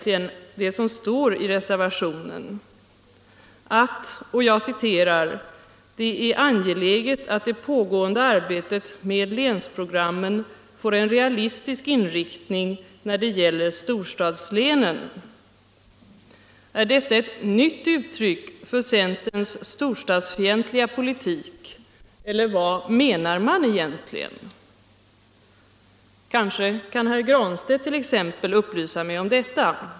I reservationen står det: ”Det är angeläget att det pågående arbetet med länsprogrammen får en realistisk inriktning när det gäller storstadslänen.” Är detta ett nytt uttryck för centerns storstadsfientliga politik, eller vad menar man egentligen? Kanske kan t.ex. herr Granstedt upplysa mig om detta.